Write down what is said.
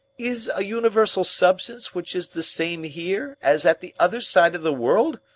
is a universal substance which is the same here as at the other side of the world?